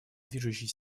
движущей